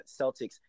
Celtics